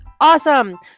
awesome